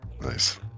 nice